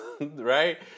right